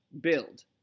build